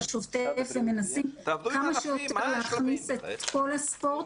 בשוטף ומנסים כמה שיותר להכניס את כל הספורט.